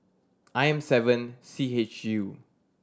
I M seven C H U